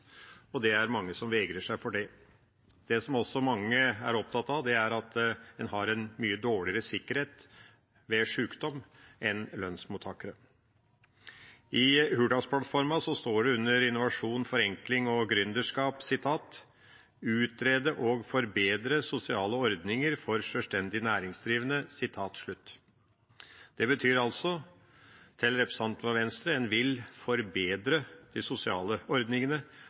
og det er mange som vegrer seg for det. Det som også mange er opptatt av, er at en har en mye dårligere sikkerhet ved sjukdom enn lønnsmottakere har. I Hurdalsplattformen står det under Innovasjon, forenkling og gründerskap: «utrede og forbedre sosiale ordninger for selvstendig næringsdrivende». Det betyr altså – til representanten fra Venstre – at en vil forbedre de sosiale ordningene,